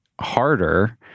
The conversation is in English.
harder